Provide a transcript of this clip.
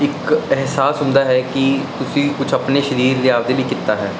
ਇੱਕ ਅਹਿਸਾਸ ਹੁੰਦਾ ਹੈ ਕੀ ਤੁਸੀਂ ਕੁਛ ਆਪਣੇ ਸਰੀਰ ਦੇ ਆਪਦੇ ਲਈ ਕੀਤਾ ਹੈ